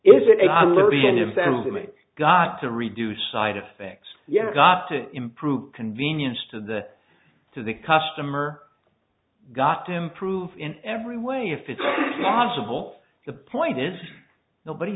make got to reduce side effects yet got to improve convenience to the to the customer got to improve in every way if it's possible the point is nobody